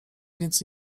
więc